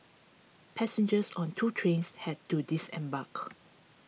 passengers on two trains had to disembark